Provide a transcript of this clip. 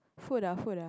food ah food ah